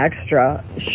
Extra